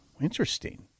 interesting